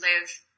live